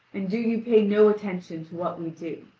and do you pay no attention to what we do!